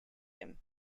him